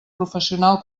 professional